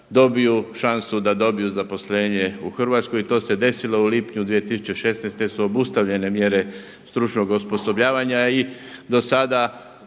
dobiju šansu da dobiju zaposlenje u Hrvatskoj. I to se desilo u lipnju 2016. jer su obustavljene mjere stručnog osposobljavanja i do sada